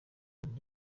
ndi